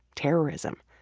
terrorism.